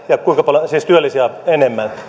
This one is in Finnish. ja työllisiä enemmän